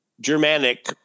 Germanic